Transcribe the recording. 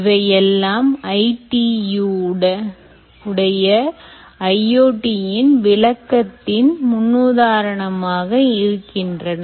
இவை எல்லாம் ITU உடைய IoTஇன் விளக்கத்தின் முன்னுதாரணமாக இருக்கின்றன